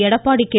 Edappadi K